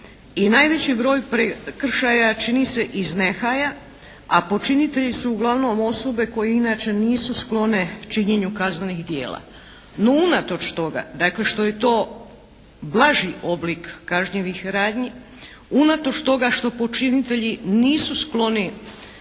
najveći broj prekršaja čini se iz nehaja, a počinitelji su uglavnom osobe koje inače nisu sklone činjenju kaznenih djela. No unatoč toga dakle što je to blaži oblik kažnjivih radnji, unatoč toga što počinitelji nisu skloni